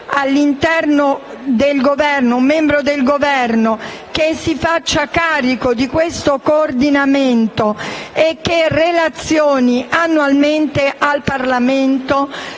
all'interno del Governo, con un membro del Governo che si faccia carico di questo coordinamento e che relazioni annualmente al Parlamento,